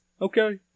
Okay